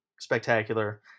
spectacular